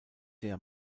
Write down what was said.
der